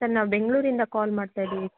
sir ನಾವು ಬೆಂಗಳೂರಿಂದ call ಮಾಡ್ತಾ ಇದ್ದೀವಿ ಸರ್